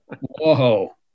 Whoa